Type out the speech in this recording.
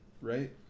right